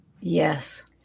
Yes